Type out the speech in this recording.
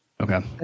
Okay